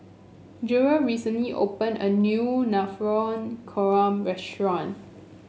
Jerel recently opened a new Navratan Korma restaurant